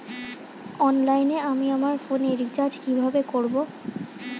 অনলাইনে আমি আমার ফোনে রিচার্জ কিভাবে করব?